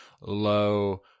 low